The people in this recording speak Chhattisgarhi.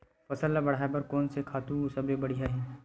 फसल ला बढ़ाए बर कोन से खातु सबले बढ़िया हे?